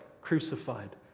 crucified